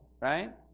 right